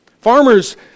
Farmers